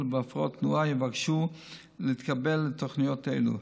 בהפרעות תנועה יבקשו להתקבל לתוכניות אלו.